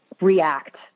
react